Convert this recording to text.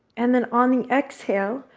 and then on the exhale,